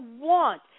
want